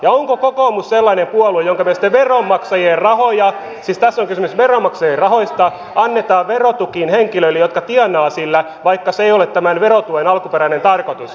onko kokoomus sellainen puolue jonka mielestä veronmaksajien rahoja siis tässä on kysymys veronmaksajien rahoista annetaan verotukiin henkilöille jotka tienaavat sillä vaikka se ei ole tämän verotuen alkuperäinen tarkoitus